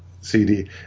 cd